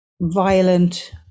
violent